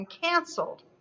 canceled